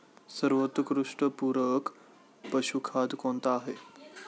सर्वोत्कृष्ट पूरक पशुखाद्य कोणते आहे?